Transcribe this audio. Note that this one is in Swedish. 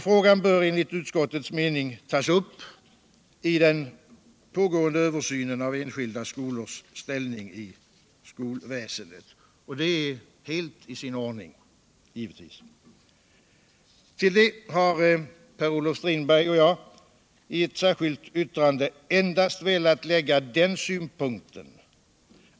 Frågan bör enligt utskottets mening tas upp Ii den pågående översynen av enskilda skolors ställning i skolväsendet, och det är givetvis helt i sin ordning. Till detta har Per-Olof Strindberg och jag i ett särskilt yttrande endast velat käigga den synpunkten.